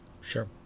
Sure